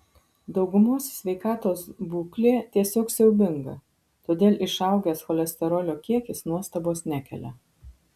daugumos sveikatos būklė tiesiog siaubinga todėl išaugęs cholesterolio kiekis nuostabos nekelia